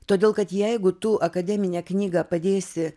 todėl kad jeigu tu akademinę knygą padėsi